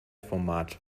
format